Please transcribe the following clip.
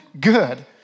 good